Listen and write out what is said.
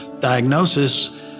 diagnosis